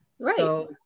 Right